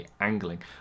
angling